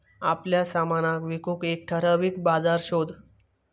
आपल्या सामनाक विकूक एक ठराविक बाजार शोध